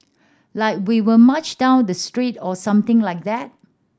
like we will march down the street or something like that